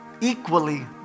equally